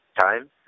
time